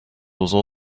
also